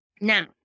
Now